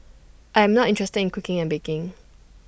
I am not interested in cooking and baking